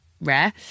rare